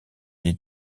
des